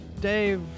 Dave